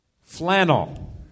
Flannel